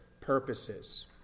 purposes